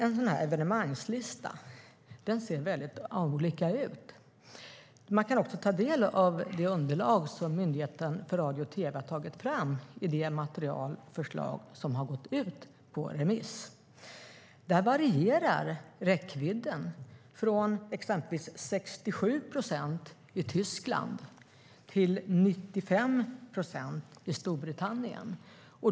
En evenemangslista kan se väldigt olika ut. Man kan också ta del av det underlag som Myndigheten för radio och tv har tagit fram i det förslag som har gått ut på remiss. Där varierar räckvidden från exempelvis 67 procent i Tyskland till 95 procent i Storbritannien.